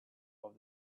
off